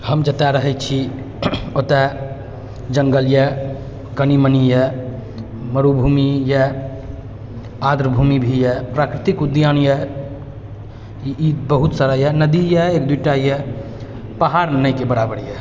हम जतऽ रहै छी ओतऽ जङ्गल अइ कनि मनि अइ मरुभूमि अइ आद्र भूमि भी अइ प्राकृतिक उद्यान अइ ई ई बहुत सारा अइ नदी अइ एक दूटा अइ पहाड़ नहिके बराबर अइ